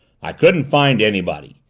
i couldn't find anybody!